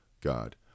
God